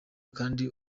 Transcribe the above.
kandi